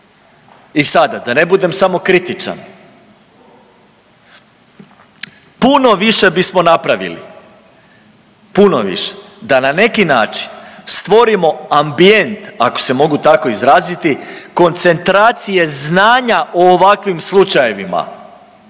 I sada da ne budem samo kritičan, puno više bismo napravili, puno više da na neki način stvorimo ambijent, ako se mogu tako izraziti, koncentracije znanja o ovakvim slučajevima